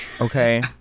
Okay